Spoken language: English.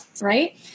Right